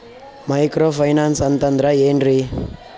Micro finance ಅಂತಂದ್ರ ಏನ್ರೀ?